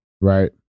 Right